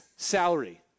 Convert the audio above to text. salary